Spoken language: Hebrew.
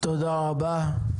תודה רבה.